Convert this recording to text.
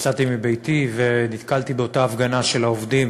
יצאתי מביתי ונתקלתי באותה הפגנה של העובדים